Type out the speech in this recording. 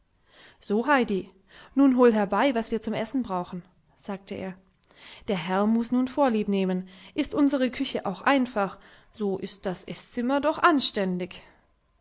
so heidi nun hol herbei was wir zum essen brauchen sagte er der herr muß nun vorlieb nehmen ist unsere küche auch einfach so ist das eßzimmer doch anständig